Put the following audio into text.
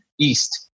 East